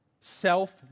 Self